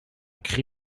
cri